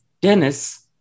Dennis